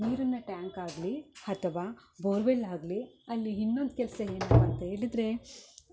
ನೀರಿನ ಟ್ಯಾಂಕ್ ಆಗಲಿ ಅಥವ ಬೋರ್ವೆಲ್ ಆಗಲಿ ಅಲ್ಲಿ ಇನ್ನೊಂದು ಕೆಲಸ ಏನಪ್ಪ ಅಂತ ಹೇಳಿದ್ರೆ